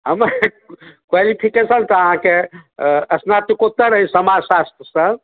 हम क्वालिफिकेशन तऽ अहाँकेँ स्नाकोत्तर अइ समाज शास्त्रसँ